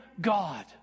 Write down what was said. God